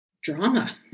drama